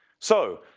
so,